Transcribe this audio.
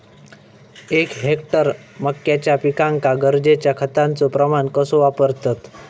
एक हेक्टर मक्याच्या पिकांका गरजेच्या खतांचो प्रमाण कसो वापरतत?